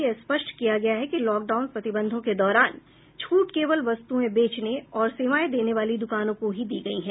यह स्पष्ट किया गया है कि लॉकडाउन प्रतिबंधों के दौरान छूट केवल वस्तुएं बेचने और सेवाएं देने वाली दुकानों को ही दी गई है